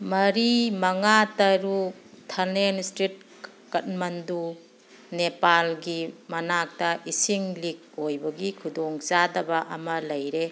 ꯃꯔꯤ ꯃꯉꯥ ꯇꯔꯨꯛ ꯊꯔꯅꯦꯜ ꯏꯁꯇ꯭ꯔꯤꯠ ꯀꯠꯃꯟꯗꯨ ꯅꯦꯄꯥꯜꯒꯤ ꯃꯅꯥꯛꯇ ꯏꯁꯤꯡ ꯂꯤꯛ ꯑꯣꯏꯕꯒꯤ ꯈꯨꯗꯣꯡ ꯆꯥꯗꯕ ꯑꯃ ꯂꯩꯔꯦ